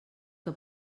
que